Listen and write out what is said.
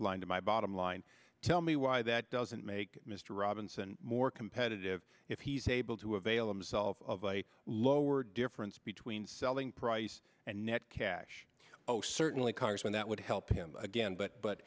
line to my bottom line tell me why that doesn't make mr robinson more competitive if he's able to avail himself of a lower difference between selling price and net cash oh certainly cars when that would help him again but but